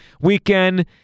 weekend